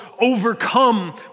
overcome